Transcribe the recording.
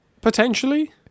potentially